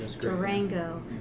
Durango